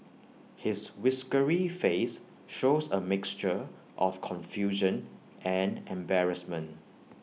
his whiskery face shows A mixture of confusion and embarrassment